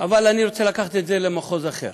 אבל אני רוצה לקחת את זה למחוז אחר.